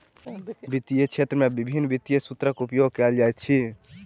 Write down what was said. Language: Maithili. वित्तीय क्षेत्र में विभिन्न वित्तीय सूत्रक उपयोग कयल जाइत अछि